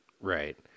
Right